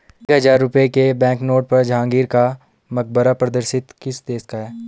एक हजार रुपये के बैंकनोट पर जहांगीर का मकबरा प्रदर्शित किस देश का है?